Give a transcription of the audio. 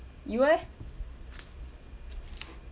you eh